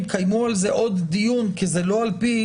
קיימו על זה עוד דיון כי זה לא על פי